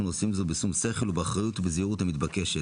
עושים זאת בשום שכל ובאחריות ובזהירות המתבקשת.